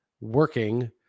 working